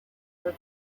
were